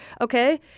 Okay